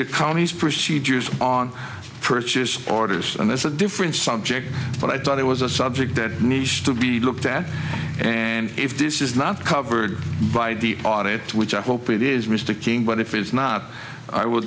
the county's procedures on purchase orders and that's a different subject but i thought it was a subject that needs to be looked at and if this is not covered by the audit which i hope it is mr king but if it is not i w